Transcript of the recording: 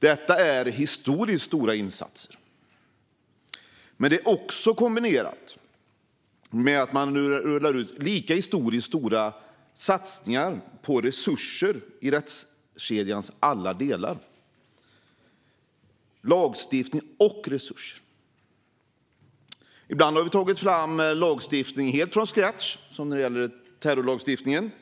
Detta är historiskt stora insatser, men de har även kombinerats med att vi rullar ut lika historiskt stora satsningar på resurser i rättskedjans alla delar. Det handlar alltså om lagstiftning och resurser. Ibland har vi tagit fram lagstiftning helt från scratch, till exempel när det gäller terrorlagstiftningen.